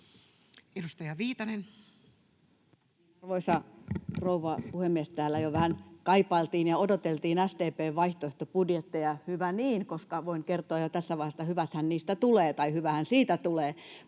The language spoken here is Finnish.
16:37 Content: Arvoisa rouva puhemies! Täällä jo vähän kaipailtiin ja odoteltiin SDP:n vaihtoehtobudjettia, ja hyvä niin, koska voin kertoa jo tässä vaiheessa, että hyvähän siitä tulee. Mutta sen